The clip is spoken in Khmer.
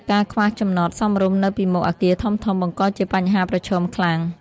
ការខ្វះចំណតសមរម្យនៅពីមុខអគារធំៗ បង្កជាបញ្ហាប្រឈមខ្លាំង។